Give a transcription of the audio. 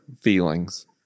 Feelings